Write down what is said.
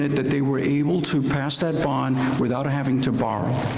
and that they were able to pass that bond without having to borrow.